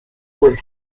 with